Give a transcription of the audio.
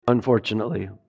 unfortunately